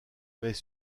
mais